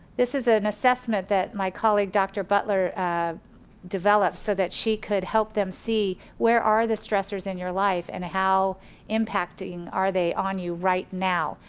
this is an assessment that my colleague dr. butler developed so that she could help them see where are the stressors in your life, and how impacting are they on you right now.